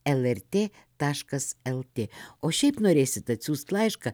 lrt taškas lt o šiaip norėsit atsiųst laišką